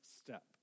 step